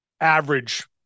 average